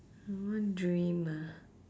one dream ah